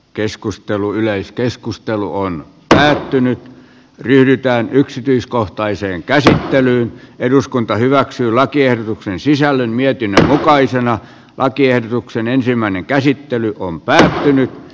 keskustelu yleiskeskustelu on päättynyt yhtään yksityiskohtaiseen käsittelyyn eduskunta hyväksyy lakiehdotuksen sisällön mietinnön mukaisena ja kierroksen ensimmäinen käsittely on päättynyt